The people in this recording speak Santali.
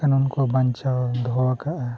ᱠᱟᱹᱱᱩᱱ ᱠᱚ ᱵᱟᱧᱪᱟᱣ ᱫᱚᱦᱚ ᱟᱠᱟᱫᱼᱟ